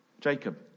Jacob